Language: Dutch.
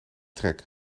trek